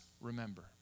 remember